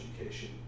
education